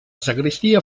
sagristia